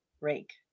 rake